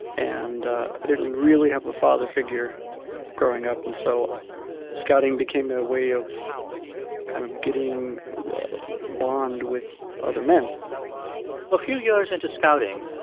and i didn't really have a father figure growing up, and so scouting became a way of kind of getting a bond with other men a few years into scouting,